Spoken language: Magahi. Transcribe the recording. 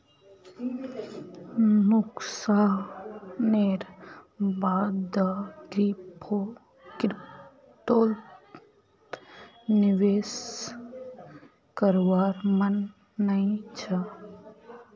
नुकसानेर बा द क्रिप्टोत निवेश करवार मन नइ छ